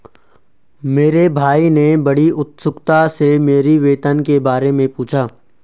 मेरे भाई ने बड़ी उत्सुकता से मेरी वेतन के बारे मे पूछा